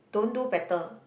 don't do better